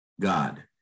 God